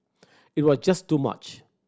it was just too much